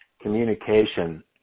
communication